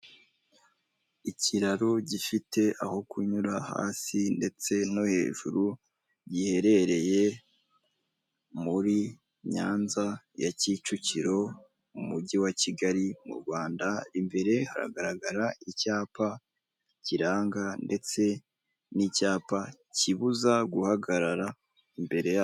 Ikiraro gifite aho kunyura hasi ndetse no hejuru, giherereye muri Nyanza ya Kicukiro mu mujyi wa Kigali mu Rwanda, imbere haragaragara icyapa kiranga ndetse n'icyapa kibuza guhagarara imbere ya